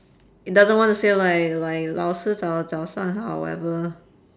it doesn't wanna say like like 老师早早上好 whatever